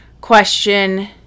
question